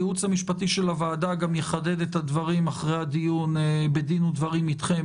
הייעוץ המשפטי של הוועדה יחדד את הדברים אחרי הדיון בדין ודברים אתכם,